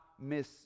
miss